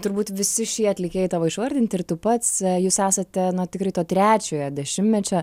turbūt visi šie atlikėjai tavo išvardinti ir tu pats jūs esate tikri to trečiojo dešimtmečio